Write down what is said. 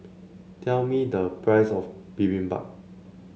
tell me the price of Bibimbap